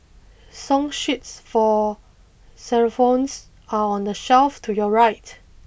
song sheets for xylophones are on the shelf to your right